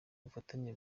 bufatanye